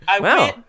Wow